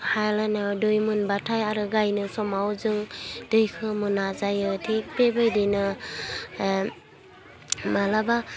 हाल एनायाव दै मोनबाथाय आरो गायनो समाव जों दैखो मोना जायो थिग बेबायदिनो मालाबा